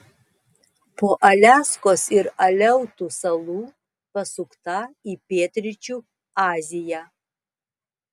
po aliaskos ir aleutų salų pasukta į pietryčių aziją